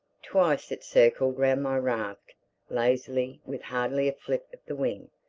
twice it circled round my raft, lazily, with hardly a flip of the wing.